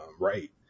right